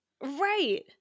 Right